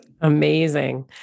Amazing